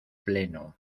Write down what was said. pleno